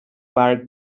park